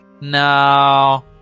No